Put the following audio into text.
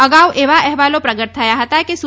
અગાઉ એવા અહેવાલો પ્રગટ થયા હતા કે સુ